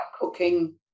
cooking